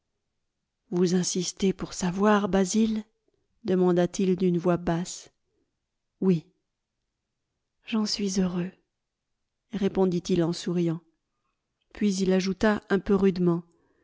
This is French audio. vous insistez pour savoir basil demanda-t-il d'une voix basse oui j'en suis heureux répondit-il souriant puis il ajouta un peu rudement